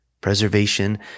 preservation